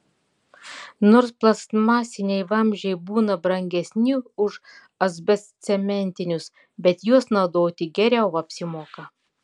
nors plastmasiniai vamzdžiai būna brangesni už asbestcementinius bet juos naudoti geriau apsimoka